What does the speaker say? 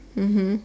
mmhmm